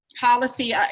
Policy